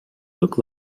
look